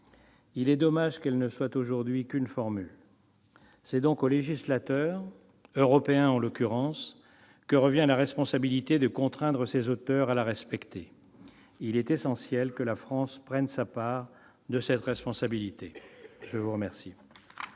il est dommage qu'elle ne soit aujourd'hui que cela. C'est donc au législateur européen, en l'occurrence, que revient la responsabilité de contraindre ses auteurs à la respecter. Il est essentiel que la France en prenne sa part. La parole est à M. Jean-Pierre